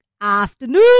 Afternoon